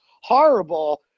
horrible